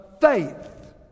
faith